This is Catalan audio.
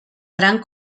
gran